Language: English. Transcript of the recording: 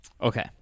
Okay